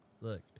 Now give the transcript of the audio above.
Look